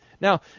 Now